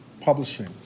publishing